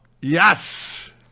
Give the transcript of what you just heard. Yes